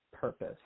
purpose